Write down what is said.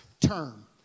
term